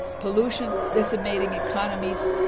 pollution, decimating economies,